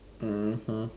mmhmm